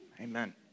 Amen